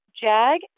Jag